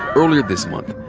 earlier this month,